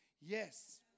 yes